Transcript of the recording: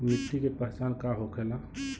मिट्टी के पहचान का होखे ला?